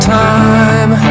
time